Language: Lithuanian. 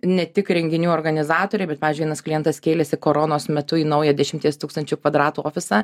ne tik renginių organizatoriai bet pavyzdžiui vienas klientas kėlėsi kolonos metu į naują dešimties tūkstančių kvadratų ofisą